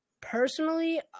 personally